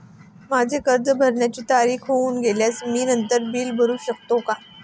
माझे कर्ज भरण्याची तारीख होऊन गेल्यास मी नंतर पैसे भरू शकतो का?